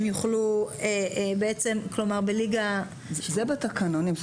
זה בתקנונים.